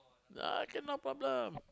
ah can no problem